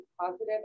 positive